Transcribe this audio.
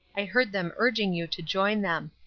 i heard them urging you to join them.